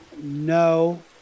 No